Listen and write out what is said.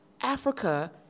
Africa